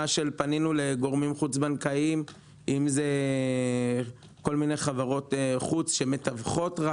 פנינו לגורמים חוץ בנקאיים דרך חברות חוץ שמתווכות.